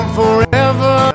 forever